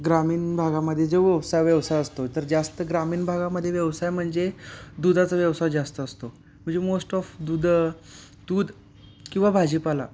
ग्रामीण भागामध्ये जो ववसा व्यवसाय असतो तर जास्त ग्रामीण भागामध्ये व्यवसाय म्हणजे दूधाचा व्यवसाय जास्त असतो म्हणजे मोस्ट ऑफ दूध दूध किंवा भाजीपाला